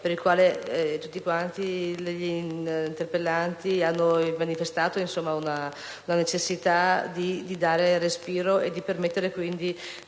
relazione al quale gli interpellanti hanno manifestato la necessità di dare respiro e di permettere, quindi,